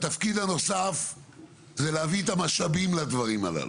והתפקיד הנוסף זה להביא את המשאבים לדברים הללו.